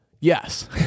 yes